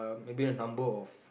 maybe a number of